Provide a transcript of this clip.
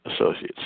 associates